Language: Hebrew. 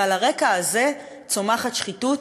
ועל הרקע הזה צומחת שחיתות,